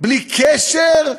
בלי קשר?